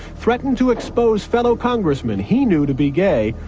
threatened to expose fellow congressmen he knew to be gay,